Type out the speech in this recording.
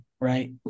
right